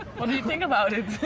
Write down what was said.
what did you think about it?